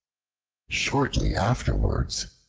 shortly afterwards,